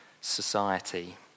society